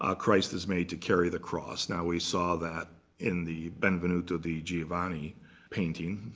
ah christ is made to carry the cross. now, we saw that in the benvenuto di giovanni painting.